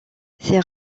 ces